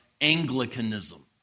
Anglicanism